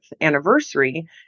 anniversary